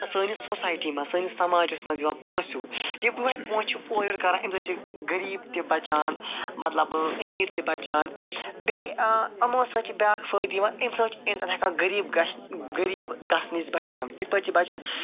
سٲنِس سوسایٹی مَنٛز سٲنِس سماجَس مَنٛز یِوان پونٛسہٕ ہیوٗ یِہوٚے پونٛسہٕ چھُ اورٕ یورٕ کران اَمہِ سۭتۍ چھِ غریٖب تہِ بَچان مَطلَب امیٖر تہِ بَچان بیٚیہِ یِمو سۭتۍ چھِ بیاکھ فٲیدٕ یِوان اَمہِ سۭتۍ چھ اِنسان ہٮ۪کان غریٖب گژھِ غریٖب گَژھنہٕ نِش بَچان کِتھ پٲٹھۍ چھ بچان